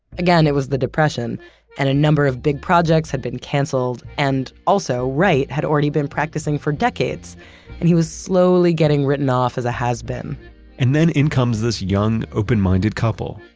again, it was the depression and a number of big projects had been canceled and also wright had already been practicing for decades and he was slowly getting written off as a has-been and then in comes this young, open-minded couple.